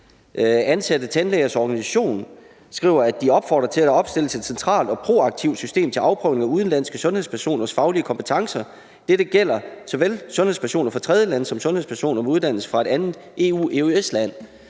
Ansatte Tandlægers Organisation skriver, at de opfordrer til, at der opstilles et centralt og proaktivt system til afprøvning af udenlandske sundhedspersoners faglige kompetencer. Dette gælder såvel sundhedspersoner fra tredjelande som sundhedspersoner med uddannelse fra et andet EU-EØS-land.